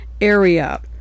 area